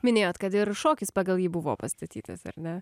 minėjot kad ir šokis pagal jį buvo pastatytas ar ne